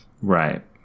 right